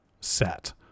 set